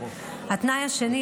התנאי השני,